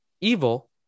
evil